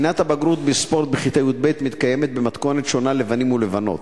בחינת הבגרות בספורט בכיתה י"ב מתקיימת במתכונת שונה לבנים ולבנות.